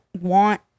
want